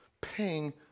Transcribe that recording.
paying